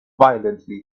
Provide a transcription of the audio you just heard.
violently